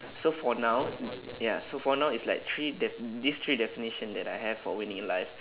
so for now ya so for now it's like three def~ these three definition that I have for winning in life